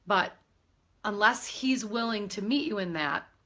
but unless he's willing to meet you in that,